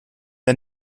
der